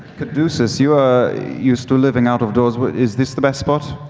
caduceus, you are used to living out of doors. is this the best spot,